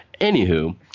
Anywho